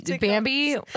Bambi